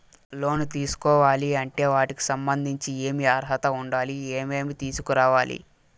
లోను తీసుకోవాలి అంటే వాటికి సంబంధించి ఏమి అర్హత ఉండాలి, ఏమేమి తీసుకురావాలి